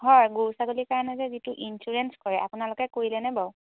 হয় গৰু ছাগলীৰ কাৰণে যে যিটো ইঞ্চুৰেঞ্চ কৰে আপোনালোকে কৰিলেনে বাৰু